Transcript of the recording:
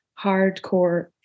hardcore